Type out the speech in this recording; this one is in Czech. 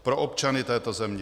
Pro občany této země.